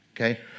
okay